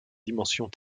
dimensions